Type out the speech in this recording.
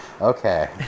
Okay